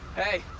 a